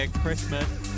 Christmas